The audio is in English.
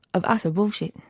of utter bullshit.